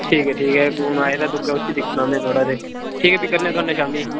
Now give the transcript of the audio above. ठीक ऐ ठीक ऐ हून आए दा दुग्गा उसी दिक्खना मै थोड़ा ते ठीक ऐ फ्ही करने आं थुआड़े ने शाम्मी